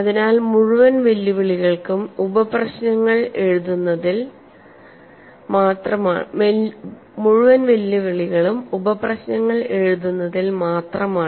അതിനാൽ മുഴുവൻ വെല്ലുവിളികളും ഉപപ്രശ്നങ്ങൾ എഴുതുന്നതിൽ മാത്രമാണ്